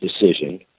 decision